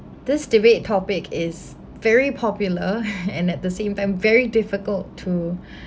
this debate topic is very popular and at the same time very difficult to